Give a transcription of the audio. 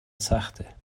سخته